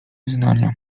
wyznania